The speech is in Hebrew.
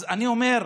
אז אני אומר,